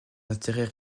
intérêts